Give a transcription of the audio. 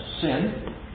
sin